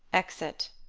exit